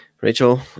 Rachel